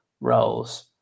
roles